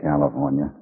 California